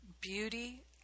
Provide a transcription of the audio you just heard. beauty